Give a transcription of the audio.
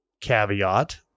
caveat